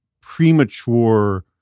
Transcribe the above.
premature